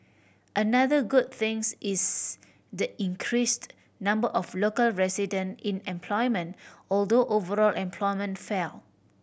another good things is the increased number of local resident in employment although overall employment fell